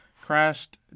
crashed